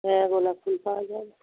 হ্যাঁ গোলাপ ফুল পাওয়া যাবে